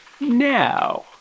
now